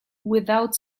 without